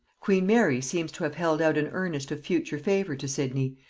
queen mary seems to have held out an earnest of future favor to sidney,